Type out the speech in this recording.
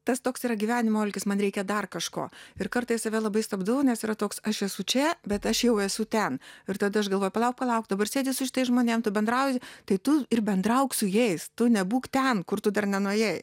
tas toks yra gyvenimo alkis man reikia dar kažko ir kartais save labai stabdau nes yra toks aš esu čia bet aš jau esu ten ir tad aš galvoju palauk palauk dabar sėdi su šitais žmonėm tu bendrauji tai tu ir bendrauk su jais tu nebūk ten kur tu dar nenuėjai